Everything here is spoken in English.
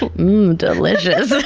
and mmmm. delicious.